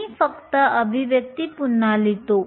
मी फक्त अभिव्यक्ती पुन्हा लिहितो